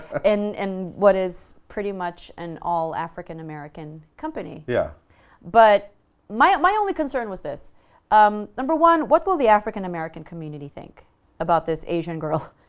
and in what is pretty much an all african-american company. yeah but my my only concern was this um number one, what will the african-american community think about this asian girl?